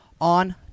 on